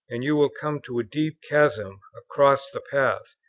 and you will come to a deep chasm across the path,